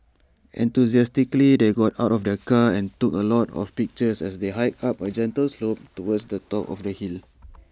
enthusiastically they got out of the car and took A lot of pictures as they hiked up A gentle slope towards the top of the hill